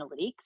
analytics